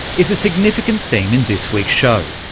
is a significant theme in this week's show.